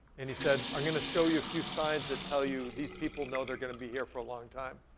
and he said, i'm gonna show you a few signs that tell you these people know they're gonna be here for a long time.